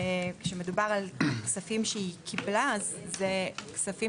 כשמדובר על כספים שהיא קיבלה אלה כספים